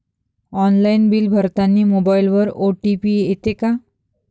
Online bill भरतानी मोबाईलवर OTP येते का?